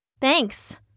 Thanks